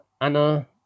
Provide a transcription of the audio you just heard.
Anna